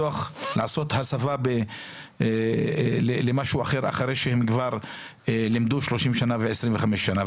ולעשות הסבה למשהו אחר אחרי שהם כבר לימדו שלושים שנה ועשרים וחמש שנה,